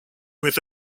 with